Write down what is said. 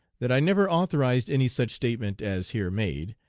that i never authorized any such statement as here made,